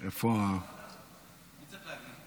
מי צריך להגיע?